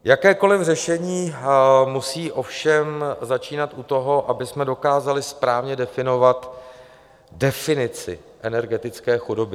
Jakékoliv řešení musí ovšem začínat u toho, abychom dokázali správně definovat definici energetické chudoby.